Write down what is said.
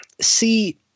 see